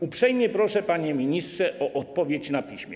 Uprzejmie proszę, panie ministrze, o odpowiedź na piśmie.